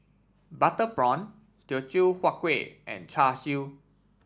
Butter Prawn Teochew Huat Kueh and Char Siu